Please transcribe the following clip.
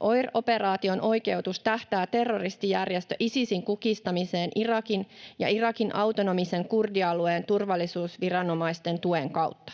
OIR-operaation oikeutus tähtää terroristijärjestö Isisin kukistamiseen Irakin ja Irakin autonomisen kurdialueen turvallisuusviranomaisten tuen kautta.